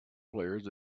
players